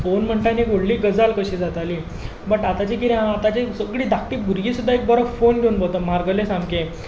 phone म्हणटा ती एक व्हडली गजाल कशी जाताली बट आतांचें कितें आसा आतांची सगलीं धाकटीं भुरगीं सुद्दां एक बरो फोन घेवन भोंवता म्हारगेलो सामके